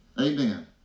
Amen